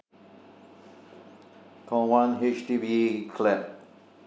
call one H_D_B clap